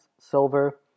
Silver